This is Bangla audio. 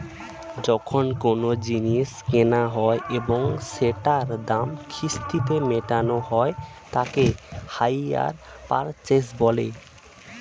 যখন কোনো জিনিস কেনা হয় এবং সেটার দাম কিস্তিতে মেটানো হয় তাকে হাইয়ার পারচেস বলে